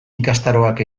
ikastaroak